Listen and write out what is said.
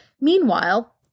Meanwhile